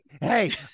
hey